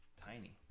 Tiny